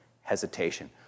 hesitation